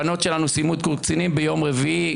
הבנות שלנו סיימו קורס קצינים ביום רביעי,